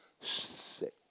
sick